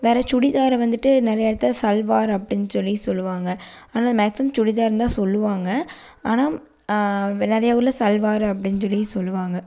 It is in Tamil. வேற சுடிதார வந்துட்டு நிறையா இடத்தில் சல்வார் அப்படின்னு சொல்லி சொல்லுவாங்கள் ஆனால் மேக்சிமம் சுடிதார்னு தான் சொல்லுவாங்கள் ஆனால் நிறையா ஊரில் சல்வார் அப்படின்னு சொல்லி சொல்லுவாங்கள்